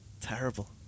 terrible